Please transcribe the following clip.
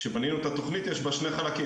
כשבנינו את התוכנית יש בה שני חלקים,